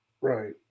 Right